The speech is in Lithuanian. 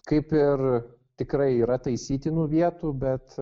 kaip ir tikrai yra taisytinų vietų bet